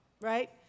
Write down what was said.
Right